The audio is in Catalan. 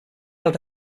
els